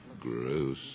gross